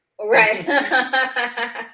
Right